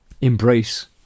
embrace